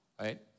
right